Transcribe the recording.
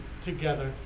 together